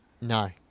No